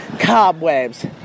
cobwebs